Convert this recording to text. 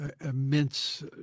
immense